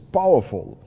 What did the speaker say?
powerful